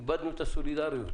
איבדנו את הסולידריות,